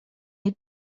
est